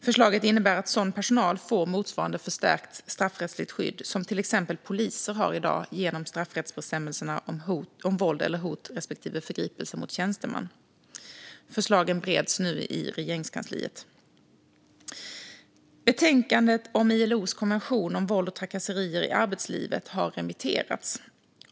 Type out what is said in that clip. Förslaget innebär att sådan personal får motsvarande förstärkt straffrättsligt skydd som till exempel poliser har i dag genom straffbestämmelserna om våld eller hot respektive förgripelse mot tjänsteman. Förslagen bereds nu i Regeringskansliet. Betänkandet om ILO:s konvention om våld och trakasserier i arbetslivet har remitterats.